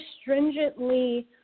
stringently